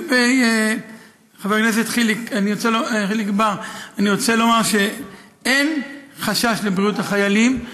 לחבר הכנסת חיליק בר אני רוצה לומר שאין חשש לבריאות החיילים.